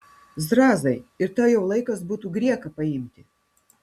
zrazai ir tau jau laikas būtų grieką paimti